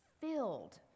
filled